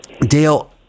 Dale